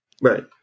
Right